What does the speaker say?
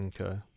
Okay